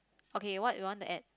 okay what you want to add